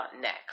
next